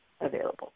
available